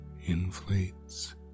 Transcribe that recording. inflates